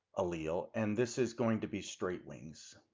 allele. and this is going to be straight wings.